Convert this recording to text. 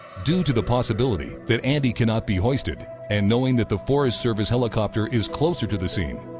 due to the possibility that andy cannot be hoisted and knowing that the forest service helicopter is closer to the scene,